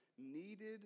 needed